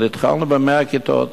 אבל התחלנו ב-100 כיתות.